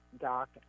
Doc